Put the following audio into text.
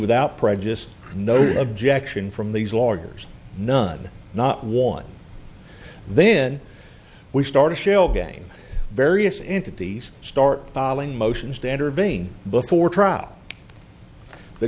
without prejudice no objection from these lawyers none not one then we start a shell game various entities start falling motions to intervene before trial the